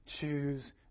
choose